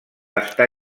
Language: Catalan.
està